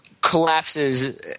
collapses